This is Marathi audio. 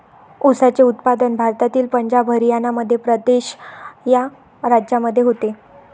ऊसाचे उत्पादन भारतातील पंजाब हरियाणा मध्य प्रदेश या राज्यांमध्ये होते